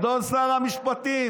אדון שר המשפטים,